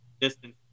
distance